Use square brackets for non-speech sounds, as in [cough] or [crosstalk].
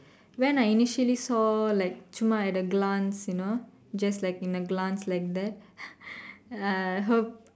when I initially saw like சும்மா:summaa at the glance you know just like in a glance like that [breath] I hope